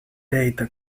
data